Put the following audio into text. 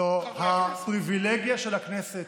זו הפריבילגיה של הכנסת.